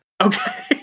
Okay